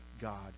God